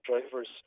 drivers